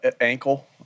Ankle